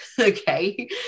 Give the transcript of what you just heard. okay